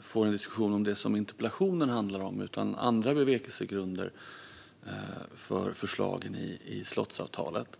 får till en diskussion om det interpellationen handlar om. Vi diskuterar i stället andra bevekelsegrunder för förslagen i slottsavtalet.